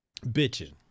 Bitching